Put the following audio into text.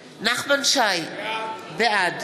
שי, בעד